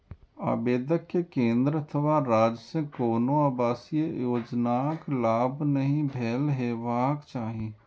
आवेदक कें केंद्र अथवा राज्य सं कोनो आवासीय योजनाक लाभ नहि भेटल हेबाक चाही